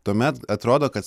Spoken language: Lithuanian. tuomet atrodo kad